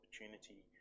opportunity